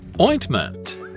Ointment